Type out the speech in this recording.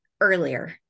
earlier